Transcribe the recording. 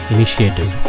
Initiative